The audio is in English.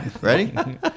Ready